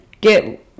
get